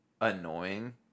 annoying